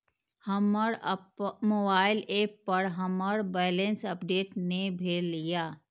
हमर mobile app पर हमर बैलेंस अपडेट ने भेल या